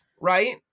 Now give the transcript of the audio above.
right